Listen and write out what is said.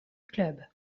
club